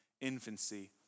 infancy